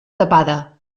tapada